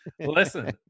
Listen